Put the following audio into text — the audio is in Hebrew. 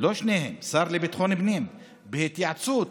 לא שניהם, השר לביטחון פנים, בהתייעצות